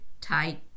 tight